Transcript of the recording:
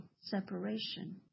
separation